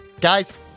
Guys